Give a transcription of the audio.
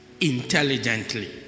intelligently